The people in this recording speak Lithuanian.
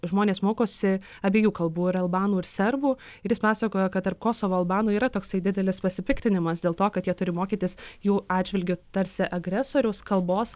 žmonės mokosi abiejų kalbų ir albanų ir serbų ir jis pasakojo kad tarp kosovo albanų yra toksai didelis pasipiktinimas dėl to kad jie turi mokytis jų atžvilgiu tarsi agresoriaus kalbos